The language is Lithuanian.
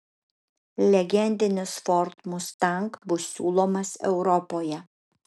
legendinis ford mustang bus siūlomas europoje